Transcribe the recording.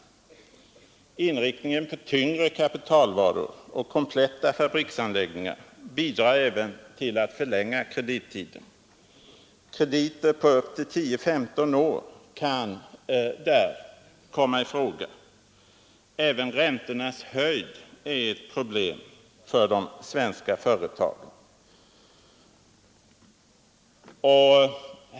Även inriktningen på tyngre kapitalvaror och kompletta fabriksanläggningar bidrager till att förlänga kredittiden. Krediter på 10—15 år kan där komma i fråga. Även räntornas höjd är ett problem för de svenska företagen.